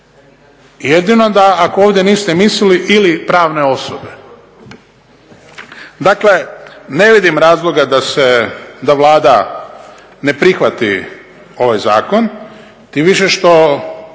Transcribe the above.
Jedino da ako ovdje niste mislili ili pravne osobe. Dakle, ne vidim razloga da se, da Vlada ne prihvati ovaj zakon tim više što